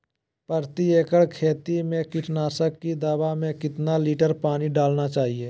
प्रति एकड़ खेती में कीटनाशक की दवा में कितना लीटर पानी डालना चाइए?